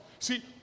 See